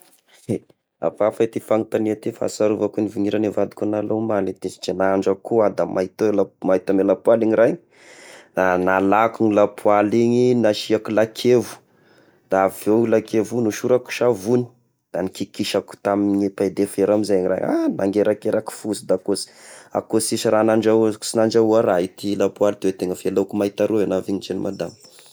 Eh, afahafa ty fagnotania ty, fa asiarovako ny haviniragny vadiko agna ilay omaly, tezitra, nahandro akoho iaho da may tao may tamy lapoaly ny raha i, nalako ny lapoaly igny, nasiako lakevo da avy eo io lakevo io nosorako savony da nikikisako tamin'ny paille de fer amizay raha, ah nangerakerako fosiny da akoho sy akoha sisy raha nadrahoeziko sy nandrahoa raha ity, lapoaly teo tegna feno loko mainty mahita io nahavignitra any madama a.